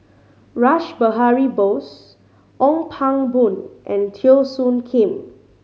Rash Behari Bose Ong Pang Boon and Teo Soon Kim